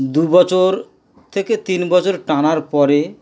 দুবছর থেকে তিন বছর টানার পরে